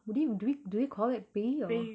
do we do we do we call it பேய்யோ:peyo